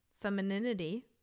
femininity